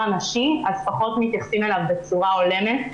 נשי אז פחות מתייחסים אליו בצורה הולמת.